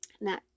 Now